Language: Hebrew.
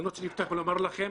ואני רוצה לפתוח ולומר לכם,